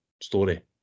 story